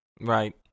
Right